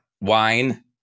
wine